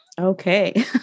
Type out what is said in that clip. Okay